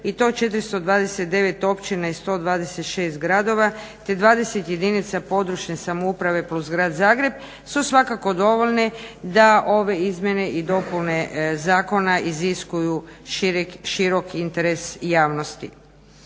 i to 429 općina i 126 gradova te 20 jedinica područne samouprave plus Grad Zagreb su svakako dovoljni da ove izmjene i dopune zakona iziskuju širok interes javnosti.